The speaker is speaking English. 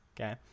okay